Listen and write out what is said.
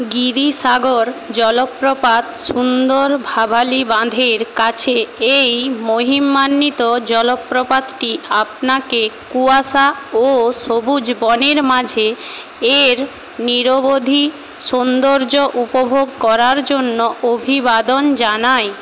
গিরি সাগর জলপ্রপাত সুন্দর ভাভালি বাঁধের কাছে এই মহিমান্বিত জলপ্রপাতটি আপনাকে কুয়াশা ও সবুজ বনের মাঝে এর নিরবধি সৌন্দর্য উপভোগ করার জন্য অভিবাদন জানাই